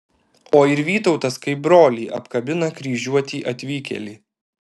o ir vytautas kaip brolį apkabina kryžiuotį atvykėlį